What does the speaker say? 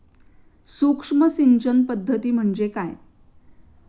सूक्ष्म सिंचन पद्धती म्हणजे काय?